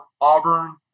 Auburn